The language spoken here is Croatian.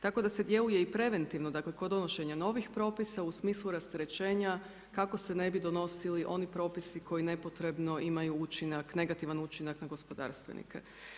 Tako da se djeluje i preventivno kod donošenja novih propisa u smislu rasterećenja kako se ne bi donosili oni propisi koji nepotrebno imaju negativan učinak na gospodarstvenike.